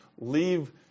Leave